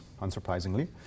unsurprisingly